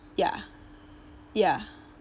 ya ya